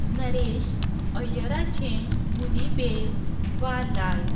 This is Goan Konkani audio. नरेश अयराचें मुनीबे वा लाय